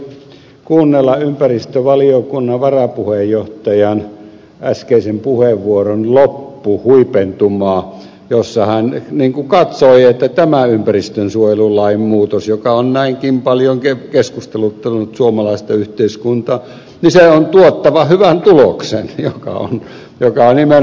hyvin mielenkiintoista oli kuunnella ympäristövaliokunnan varapuheenjohtajan äskeisen puheenvuoron loppuhuipentumaa jossa hän katsoi että tämä ympäristönsuojelulain muutos joka on näinkin paljonkin keskusteluttanut suomalaista yhteiskuntaa on tuottava hyvän tuloksen mikä nimenomaan ed